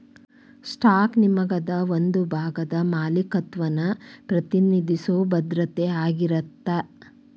stock ನಿಗಮದ ಒಂದ ಭಾಗದ ಮಾಲೇಕತ್ವನ ಪ್ರತಿನಿಧಿಸೊ ಭದ್ರತೆ ಆಗಿರತ್ತ